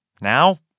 Now